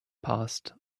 passed